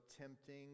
tempting